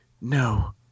no